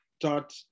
dot